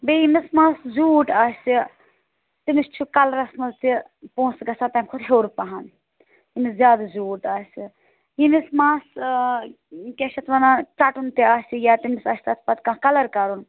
بیٚیہِ ییٚمِس مَس زیوٗٹھ آسہِ تٔمِس چھِ کَلرَس منٛز تہِ پونٛسہٕ گژھان تمہِ کھۄتہٕ ہیوٚر پَہَم ییٚمِس زیادٕ زیوٗٹھ آسہِ ییٚمِس مَس کیٛاہ چھِ اَتھ وَنان ژَٹُن تہِ آسہِ یا تٔمِس آسہِ تَتھ پَتہٕ کانٛہہ کَلَر کرُن